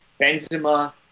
Benzema